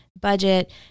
budget